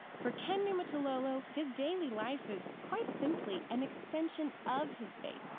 for ken niumatalolo, his daily life is quite simply an extension of his faith,